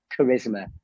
charisma